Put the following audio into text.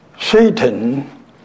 Satan